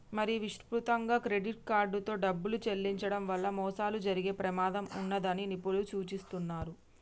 మరీ విస్తృతంగా క్రెడిట్ కార్డుతో డబ్బులు చెల్లించడం వల్ల మోసాలు జరిగే ప్రమాదం ఉన్నదని నిపుణులు సూచిస్తున్నరు